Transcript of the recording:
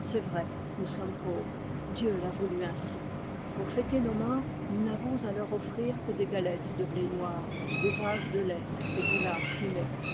c'est vrai nous sommes pauvres dieu l'a voulu ainsi pour fêter nos morts nous n'avons à leur offrir que des galettes de blé noir des vases de lait et du lard fumé